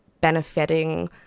benefiting